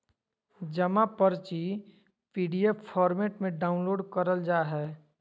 जमा पर्ची PDF format में डाउनलोड करल जा हय